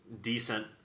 decent